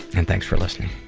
and thanks for listening